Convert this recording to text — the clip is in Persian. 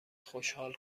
خوشحال